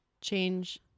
change